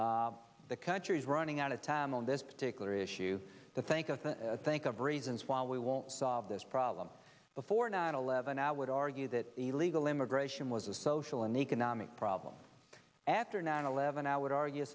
the country is running out of time on this particular issue that think of think of reasons why we won't solve this problem before nine eleven i would argue that illegal immigration was a social and economic problem after nine eleven i would argue